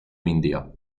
india